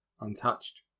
untouched